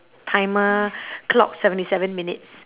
timer clock seventy seven minutes